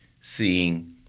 seeing